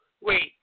wait